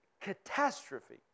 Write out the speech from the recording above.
Catastrophe